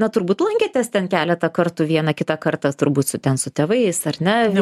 na turbūt lankėtės ten keletą kartų vieną kitą kartą turbūt su ten su tėvais ar ne